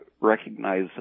recognize